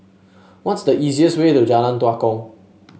what's the easiest way to Jalan Tua Kong